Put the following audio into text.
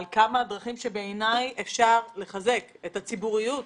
על דרכים שבעיני אפשר לחזק את הציבוריות